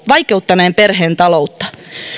vaikeuttaneen perheen taloutta